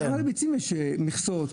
גם לביצים יש מכסות.